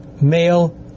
male